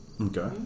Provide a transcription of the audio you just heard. Okay